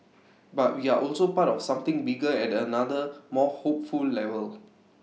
but we are also part of something bigger at another more hopeful level